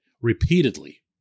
repeatedly